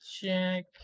check